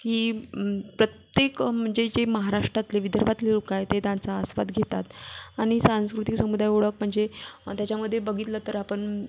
की प्रत्येक मनजे जे महाराष्ट्रातले विदर्भातले लोक आहेत ते त्यांचा आस्वाद घेतात आणि सांस्कृतिक समुदाय ओळख म्हणजे त्याच्यामध्ये बघितलं तर आपण